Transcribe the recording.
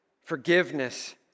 Forgiveness